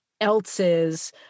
else's